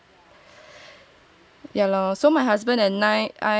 ya lor so my husband and I